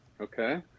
Okay